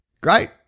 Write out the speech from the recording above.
Great